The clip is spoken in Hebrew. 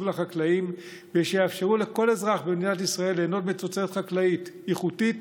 לחקלאים ויאפשרו לכל אזרח במדינת ישראל ליהנות מתוצרת חקלאית איכותית,